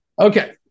okay